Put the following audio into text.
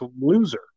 loser